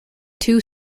two